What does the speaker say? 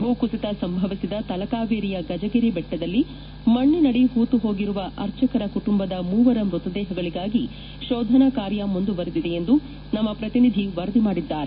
ಭೂ ಕುಸಿತ ಸಂಭವಿಸಿದ ತಲಕಾವೇರಿಯ ಗಜಗಿರಿ ಬೆಟ್ಟದಲ್ಲಿ ಮಣ್ಣೆನಡಿ ಹೂತು ಹೋಗಿರುವ ಅರ್ಚಕರ ಕುಟುಂಬದ ಮೂವರ ಮೃತದೇಹಕ್ಕಾಗಿ ಶೋಧನಾ ಕಾರ್ಯ ಮುಂದುವರೆದಿದೆ ಎಂದು ನಮ್ನ ಪ್ರತಿನಿಧಿ ವರದಿ ಮಾಡಿದ್ದಾರೆ